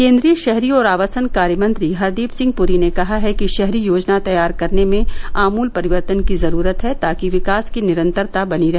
केन्द्रीय शहरी और आवासन कार्य मंत्री हरदीप सिंह पूरी ने कहा है कि शहरी योजना तैयार करने में आमूल परिवर्तन की जरूरत है ताकि विकास की निरंतरता बनी रहे